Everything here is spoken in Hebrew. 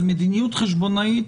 על מדיניות חשבונאית,